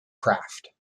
craft